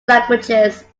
languages